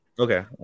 Okay